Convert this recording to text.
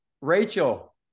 Rachel